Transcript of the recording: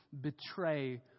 betray